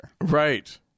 Right